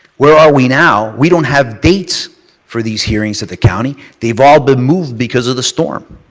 where are we now? we don't have dates for these hearings at the county. they have all been moved because of the storm.